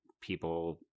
people